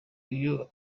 iyo